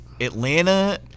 Atlanta